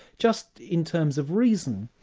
just in terms of reason,